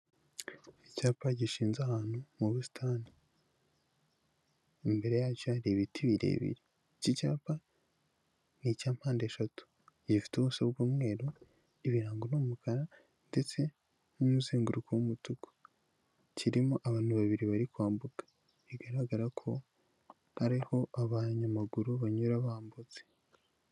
Icyapa gishinze ahantu mu busitani, imbere yacyo hari ibiti birebire, iki cyapa ni icya mpandeshatu, gifite ubuso bw'umweru, ibirango n'umukara ndetse n'umuzenguruko w'umutuku, kirimo abantu babiri bari kwambuka bigaragara ko ariho abanyamaguru banyura bambutse.